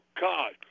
God